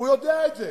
הוא יודע את זה